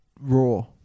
raw